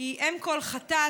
היא אם כל חטאת,